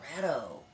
Colorado